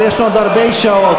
אבל יש עוד הרבה שעות.